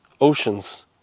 oceans